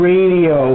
Radio